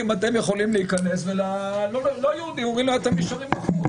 שהם יכולים להיכנס ולאלה שלא יהודים אומרים שהם נשארים בחוץ.